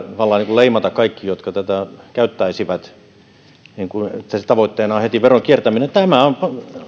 leimata kaikki jotka tätä käyttäisivät että tavoitteena on heti veron kiertäminen tämä on